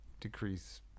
decrease